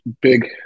big